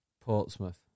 Portsmouth